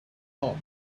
not